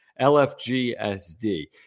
LFGSD